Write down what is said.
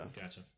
gotcha